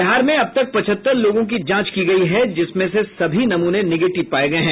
बिहार में अब तक पचहत्तर लोगों की जांच की गयी है जिसमें से सभी नमूने निगेटिव पाये गये हैं